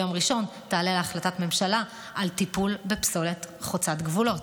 שביום ראשון תעלה החלטת ממשלה על טיפול בפסולת חוצת גבולות,